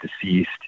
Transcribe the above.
deceased